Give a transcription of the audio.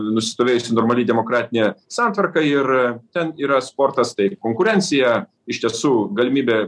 nusistovėjusi normali demokratinė santvarka ir ten yra sportas tai konkurencija iš tiesų galimybė